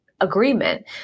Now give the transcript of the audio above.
agreement